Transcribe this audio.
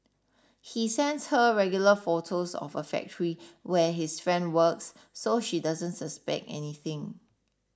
he sends her regular photos of a factory where his friend works so she doesn't suspect anything